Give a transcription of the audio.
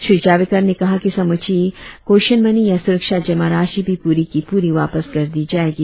श्री जावड़ेकर ने कहा कि समूची कॉशन मनी या सुरक्षा जमा राशि भी पूरी की पूरी वापस कर दी जाएगी